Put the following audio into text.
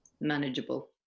manageable